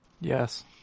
Yes